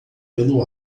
pelo